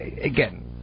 again